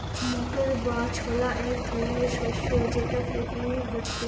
মটর বা ছোলা এক ধরনের শস্য যেটা প্রোটিনে ভর্তি